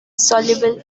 soluble